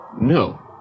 No